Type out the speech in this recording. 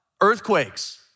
Earthquakes